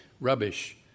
rubbish